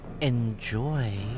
Enjoy